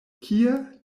kie